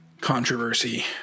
controversy